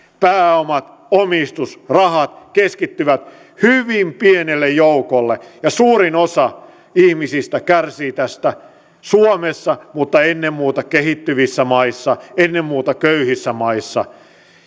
pääomat omistus rahat keskittyvät hyvin pienelle joukolle ja suurin osa ihmisistä kärsii tästä suomessa mutta ennen muuta kehittyvissä maissa ennen muuta köyhissä maissa